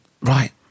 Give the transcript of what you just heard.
right